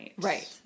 Right